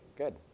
good